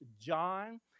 John